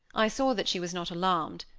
i saw that she was not alarmed.